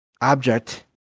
object